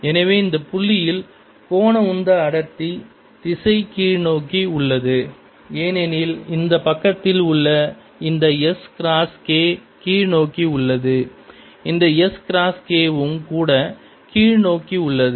Angular momentum densityabout the common axisS×momentum density0K2π எனவே இந்த புள்ளியில் கோண உந்த அடர்த்தியின் திசை கீழ்நோக்கி உள்ளது ஏனெனில் இந்த பக்கத்தில் உள்ள இந்த S கிராஸ் K கீழ்நோக்கி உள்ளது இந்த S கிராஸ் K வும் கூட கீழ்நோக்கி உள்ளது